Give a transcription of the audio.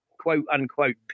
quote-unquote